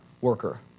worker